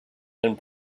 and